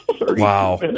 Wow